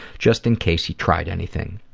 just in case he tried anything.